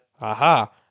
Aha